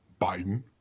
Biden